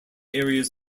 areas